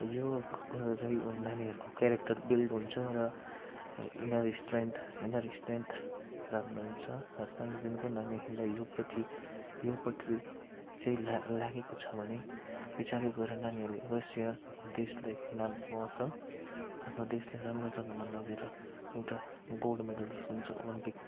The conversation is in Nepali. यो र यो नानीहरूको क्यारेक्टर बिल्ड हुन्छ र यिनीहरू स्ट्रेन्थ यिनीहरू स्ट्रेन्थ राख्ने हुन्छ र सानोदेखिको नानीहरूलाई योपट्टि योपट्टि चाहिँ ला लागेको छ भने पछाडि गएर नानीहरूले अवश्य देशले नाम कमाउँछ आफ्नो देशलाई राम्रो जग्गामा लगेर एउटा गोल्ड मेडलिस्ट हुन्छ ओलम्पिक